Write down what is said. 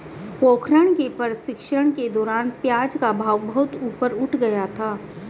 पोखरण के प्रशिक्षण के दौरान प्याज का भाव बहुत ऊपर उठ गया था